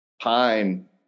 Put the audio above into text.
pine